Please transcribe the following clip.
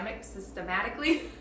systematically